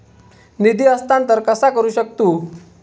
निधी हस्तांतर कसा करू शकतू?